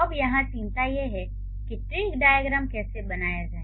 अब यहां चिंता यह है कि ट्री डाइअग्रैम कैसे बनाया जाए